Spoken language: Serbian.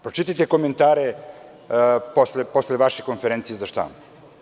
Pročitajte komentare posle vaše konferencije za štampu.